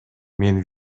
мен